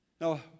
Now